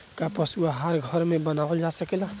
का पशु आहार घर में बनावल जा सकेला?